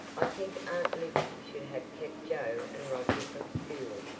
i think aunt libby should have kept joe and roger from school,